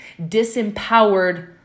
disempowered